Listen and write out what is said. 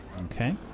Okay